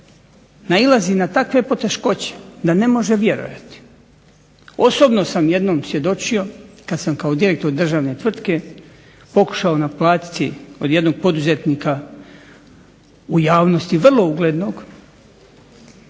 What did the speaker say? nailazi na takve poteškoće da ne može vjerovati. Osobno sam jednom svjedočio kad sam kao direktor državne tvrtke pokušao naplatiti od jednog poduzetnika u javnosti vrlo uglednog,